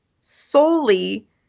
solely